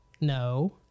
No